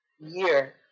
year